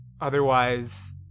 Otherwise